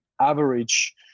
average